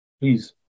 please